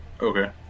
Okay